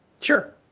Sure